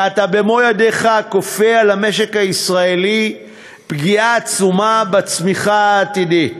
ואתה במו-ידיך כופה על המשק הישראלי פגיעה עצומה בצמיחה העתידית.